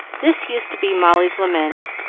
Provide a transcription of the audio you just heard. this used to be molly's lament,